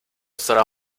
sarà